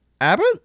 Abbott